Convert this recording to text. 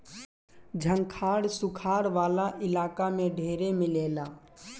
झंखाड़ सुखार वाला इलाका में ढेरे मिलेला